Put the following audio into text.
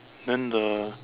then the